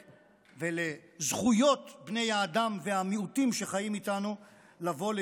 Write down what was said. ולזכויות בני האדם והמיעוטים שחיים איתנו לבוא לידי ביטוי,